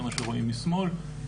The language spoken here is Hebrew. מה שרואים משמאל.